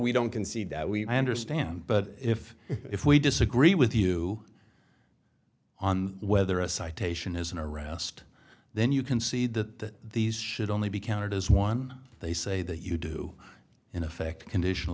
we don't concede that we understand but if if we disagree with you on whether a citation is an arrest then you concede that these should only be counted as one they say that you do in effect conditional